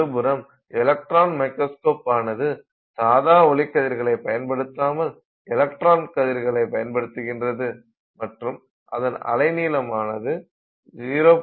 மறுபுறம் electron microscope ஆனது சாதா ஒளி கதிர்களை பயன்படுத்தாமல் எலக்ட்ரான் கதிர்களை பயன்படுத்துகிறது மற்றும் அதன் அலை நீளமானது 0